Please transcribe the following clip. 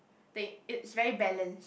that it's very balance